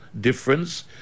difference